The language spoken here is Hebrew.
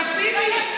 תתבייש לך.